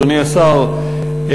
אדוני השר,